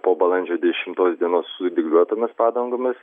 po balandžio dešimtos dienos su dygliuotomis padangomis